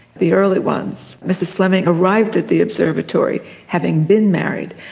the early ones. mrs fleming arrived at the observatory having been married,